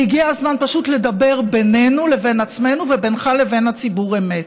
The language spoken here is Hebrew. והגיע הזמן פשוט לדבר בינינו לבין עצמנו ובינך לבין הציבור אמת,